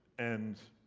and.